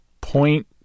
point